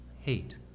hate